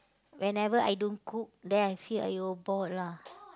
whenever I don't cook then I feel !aiyo! bored lah